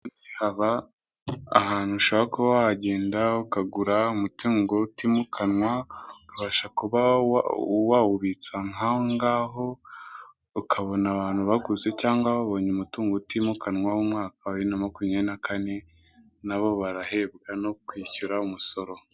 Aba ni ahantu ushobora kuba wagenda ukagura umutungo utimukanwa ukabasha kuba wawubitsa nk'aho ngaho ukabona abantu baguze cyangwa babonye umutungo utimukanwa w'umwaka wa bibiri na makumyabiri na kane na bo barahegukana ukishyura umusoro.